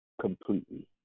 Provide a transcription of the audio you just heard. completely